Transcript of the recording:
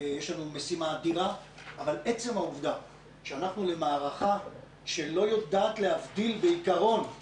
יש לנו משימה אדירה אבל עצם העובדה שהלכנו למערכה שלא יודעת להבחין מה